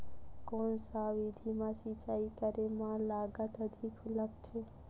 कोन सा विधि म सिंचाई करे म लागत अधिक लगथे?